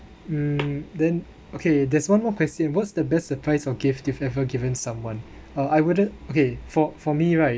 um then okay there's one more question what's the best surprise or gift you've ever given someone or I wouldn't okay for for me right